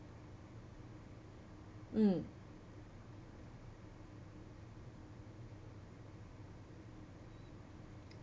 mm